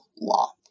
law